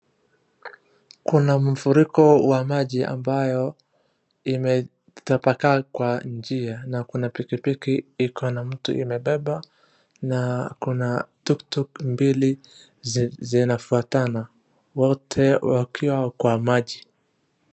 Kuna mfuriko wa maji ambayo imetapakaa kwa njia na kuna piki piki iko na mtu imebeba na kuna tuk tuk mbili zinafwatana wote wakiwa kwa maji.